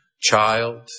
child